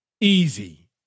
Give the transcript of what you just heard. easy